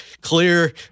Clear